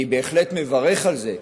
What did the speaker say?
אני בהחלט מברך על זה,